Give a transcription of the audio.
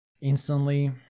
instantly